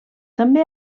també